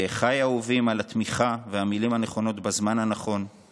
לאחיי האהובים על התמיכה והמילים הנכונות בזמן הנכון;